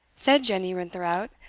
said jenny rintherout,